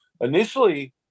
initially